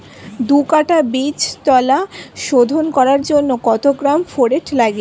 দু কাটা বীজতলা শোধন করার জন্য কত গ্রাম ফোরেট লাগে?